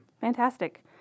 Fantastic